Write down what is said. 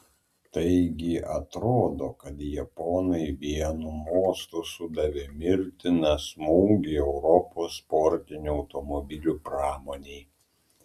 taigi atrodo kad japonai vienu mostu sudavė mirtiną smūgį europos sportinių automobilių pramonei